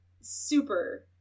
super